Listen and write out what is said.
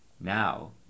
Now